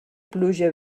pluja